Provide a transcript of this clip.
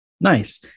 Nice